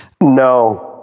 No